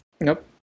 Nope